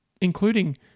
including